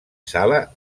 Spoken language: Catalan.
sala